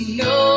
no